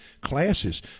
classes